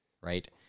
Right